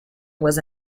was